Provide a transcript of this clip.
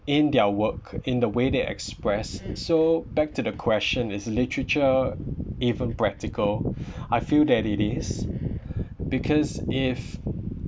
in their work in the way they express so back to the question is literature even practical I feel that it is because if